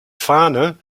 fahne